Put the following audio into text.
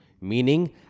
Meaning